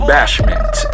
Bashment